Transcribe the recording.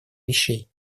вещей